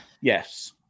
Yes